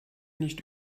nicht